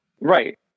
right